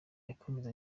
yakomeje